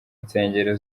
insengero